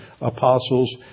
apostles